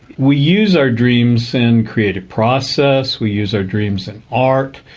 we use our dreams in creative process, we use our dreams in art,